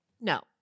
No